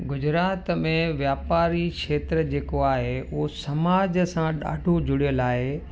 गुजरात में वापारी खेत्र जेको आहे उहो समाज सां ॾाढो जुड़ियलु आहे